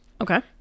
Okay